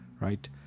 right